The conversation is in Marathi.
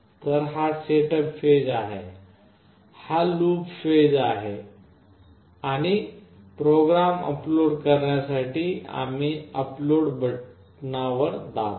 तर हा सेटअप फेज आहे हा लूप फेज आहे आणि प्रोग्राम अपलोड करण्यासाठी आम्ही अपलोड बटणावर दाबा